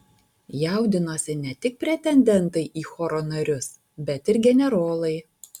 jaudinosi ne tik pretendentai į choro narius bet ir generolai